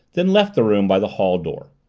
then left the room by the hall door.